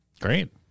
Great